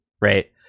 right